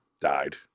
died